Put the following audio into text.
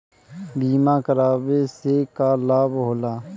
बीमा करावे से का लाभ होला?